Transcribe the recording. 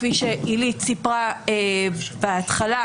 כפי שעילית סיפרה בהתחלה,